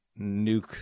nuke